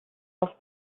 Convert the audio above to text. off